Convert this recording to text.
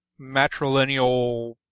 matrilineal